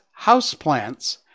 houseplants